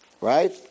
Right